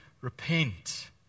repent